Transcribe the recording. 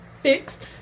fixed